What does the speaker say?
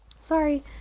sorry